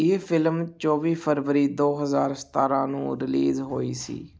ਇਹ ਫ਼ਿਲਮ ਚੌਵੀ ਫਰਵਰੀ ਦੋ ਹਜ਼ਾਰ ਸਤਾਰ੍ਹਾਂ ਨੂੰ ਰਿਲੀਜ਼ ਹੋਈ ਸੀ